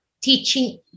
teaching